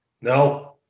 No